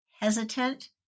hesitant